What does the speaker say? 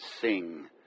sing